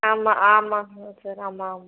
ஆமாம் ஆமாம்ங்க சார் ஆமாம் ஆமாம்